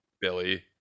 Billy